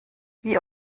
wie